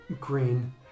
green